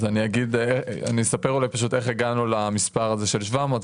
אז אני אספר אולי פשוט איך הגענו למספר הזה של 700,